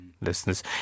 listeners